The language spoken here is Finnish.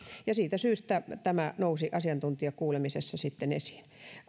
ja siitä syystä tämä nousi asiantuntijakuulemisessa sitten esiin